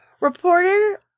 Reporter